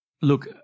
look